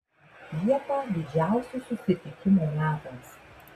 liepa didžiausių susitikimų metas